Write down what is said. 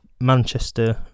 Manchester